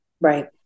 Right